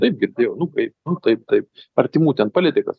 taip girdėjau nu kaip nu taip taip artimų ten palietė kas